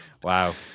Wow